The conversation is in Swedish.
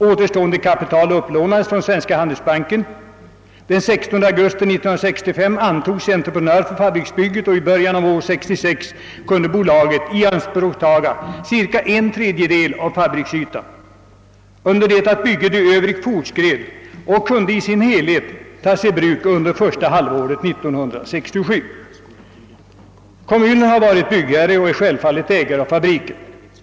Återstående kapital upplånades från Svenska handelsbanken. Den 16 augusti 1965 antogs entreprenör för fabriksbygget och i början av år 1966 kunde bolaget ta i anspråk cirka en tredjedel av fabriksytan under det att bygget i övrigt fortskred och i sin helhet kunde tas i bruk under första halvåret 1967. Kommunen har varit byggherre och är självfallet ägare av fabriksbyggnaden.